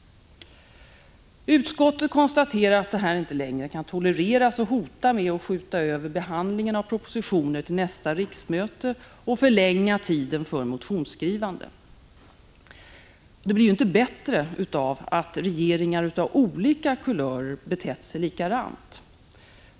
Utskottet konstaterar att detta inte längre kan tolereras och hotar med att skjuta över behandlingen av propositioner till nästa riksmöte och att förlänga tiden för motionsskrivande. Det blir inte bättre av att regeringar av olika kulör betett sig likadant.